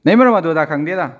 ꯅꯣꯏ ꯃꯔꯨꯞ ꯑꯗꯨ ꯑꯗꯥ ꯈꯪꯗꯦꯗ